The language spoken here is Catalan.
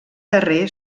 darrer